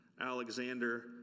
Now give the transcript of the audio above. Alexander